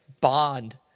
bond